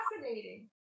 fascinating